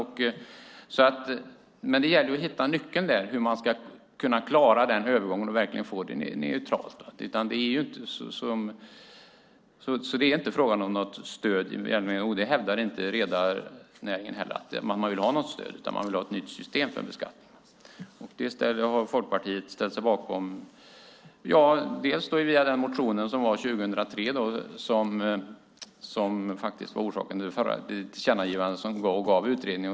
Det gäller att hitta nyckeln till hur man klarar övergången och verkligen får det neutralt. Det är alltså inte fråga om något stöd, och inte heller redarnäringen hävdar att de vill ha ett stöd, utan de vill ha ett nytt system för beskattning. Det har Folkpartiet ställt sig bakom bland annat genom den motion som väcktes 2003 och som var orsaken till det tillkännagivande som resulterade i en utredning.